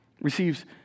receives